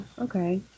okay